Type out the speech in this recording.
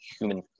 human